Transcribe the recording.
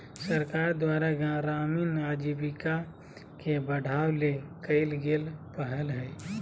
सरकार द्वारा ग्रामीण आजीविका के बढ़ावा ले कइल गेल पहल हइ